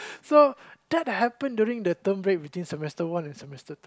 so that happened during the term break between semester one and semester